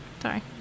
Sorry